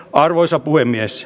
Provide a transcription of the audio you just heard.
arvoisa puhemies